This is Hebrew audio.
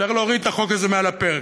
צריך להוריד את החוק הזה מעל הפרק.